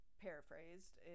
paraphrased